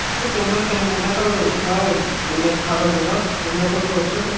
sir campus का लेना था साहब सोलह अट्ठारह सौ का मिल जाता तो अच्छा था